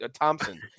Thompson